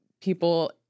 people